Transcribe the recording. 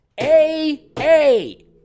A-A